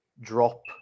drop